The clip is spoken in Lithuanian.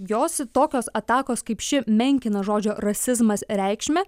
jos tokios atakos kaip ši menkina žodžio rasizmas reikšmę